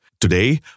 Today